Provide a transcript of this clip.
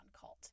cult